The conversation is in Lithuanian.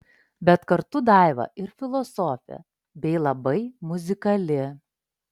bet kartu daiva ir filosofė bei labai muzikali